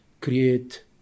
create